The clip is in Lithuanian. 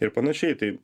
ir panašiai tai